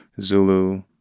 Zulu